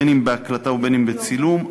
בין בהקלטה ובין בצילום,